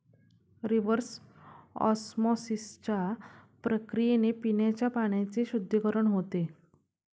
reverse ऑस्मॉसिसच्या प्रक्रियेने पिण्याच्या पाण्याचे शुद्धीकरण होते